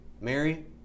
Mary